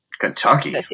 Kentucky